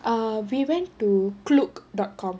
err we went to Klook dot com